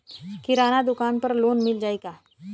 किराना दुकान पर लोन मिल जाई का?